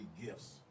gifts